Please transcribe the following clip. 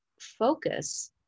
focus